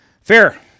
fair